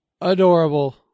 adorable